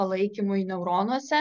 palaikymui neuronuose